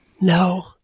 No